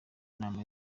inama